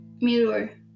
mirror